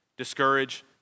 discourage